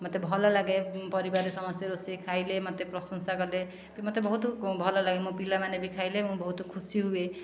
ମୋତେ ଭଲ ଲାଗେ ପରିବାରରେ ସମସ୍ତେ ରୋଷେଇ ଖାଇଲେ ମୋତେ ପ୍ରଶଂସା କଲେ କି ମୋତେ ବହୁତ ଭଲ ଲାଗେ ମୋ ପିଲାମାନେ ବି ଖାଇଲେ ମୁଁ ବହୁତ ଖୁସି ହୁଏ